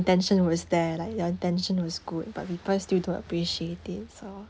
intention was there like your intention was good but people still don't appreciate it so